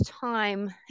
time